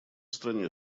стране